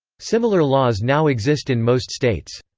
similar laws now exist in most states.